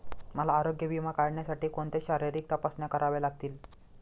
मला आरोग्य विमा काढण्यासाठी कोणत्या शारीरिक तपासण्या कराव्या लागतील?